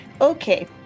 Okay